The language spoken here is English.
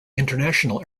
international